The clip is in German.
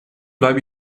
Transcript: bleibe